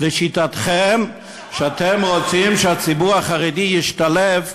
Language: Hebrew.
לשיטתכם, כשאתם רוצים שהציבור החרדי ישתלב,